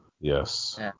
Yes